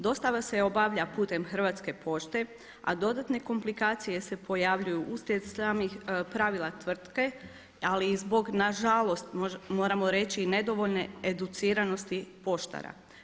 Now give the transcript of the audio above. Dostava se obavlja putem Hrvatske pošte, a dodatne komplikacije se pojavljuju uslijed samih pravila tvrtke ali i zbog nažalost moramo reći i nedovoljne educiranosti poštara.